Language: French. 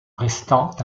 restant